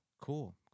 Cool